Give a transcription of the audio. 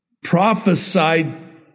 prophesied